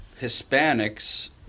Hispanics